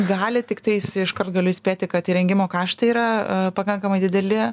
gali tiktais iškart galiu įspėti kad įrengimo kaštai yra pakankamai dideli